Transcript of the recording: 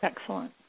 Excellent